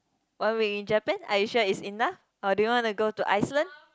one week in Japan are you sure is enough or do you wanna to go to Iceland